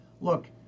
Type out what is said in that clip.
look